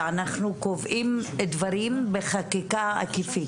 ואנחנו קובעים דברים בחקיקה היקפית.